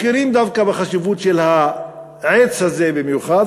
דווקא מכירים בחשיבות של העץ הזה במיוחד,